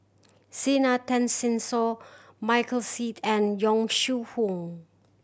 Zena Tessensohn Michael Seet and Yong Shu Hoong